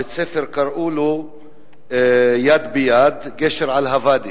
בית-הספר, קראו לו "יד ביד, גשר על הוואדי".